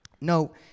No